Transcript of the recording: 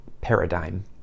paradigm